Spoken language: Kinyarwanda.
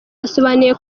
yasobanuye